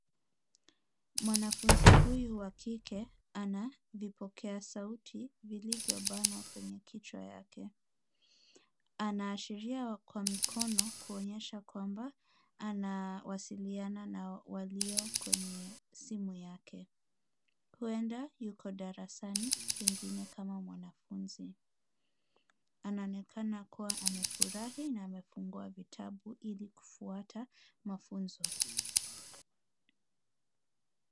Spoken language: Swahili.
Mwanafunzi huyu wa kike ana vipokea sauti vilivyobanwa kwenye kichwa chake. Anaashiria kwa mkono kuonyesha kwamba anawasiliana na walio kwenye simu yake . Huenda yuko darasani pengine kama mwanafunzi. Anaonekana kuwa amefurahi na amefungua vitabu ili kufuata mafunzo.